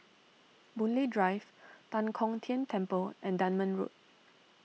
Boon Lay Drive Tan Kong Tian Temple and Dunman Road